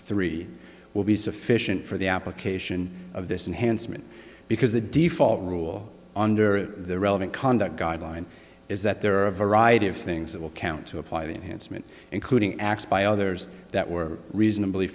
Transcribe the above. three will be sufficient for the application of this enhanced meant because the default rule under the relevant conduct guideline is that there are a variety of things that will count to apply the enhanced meant including acts by others that were reasonably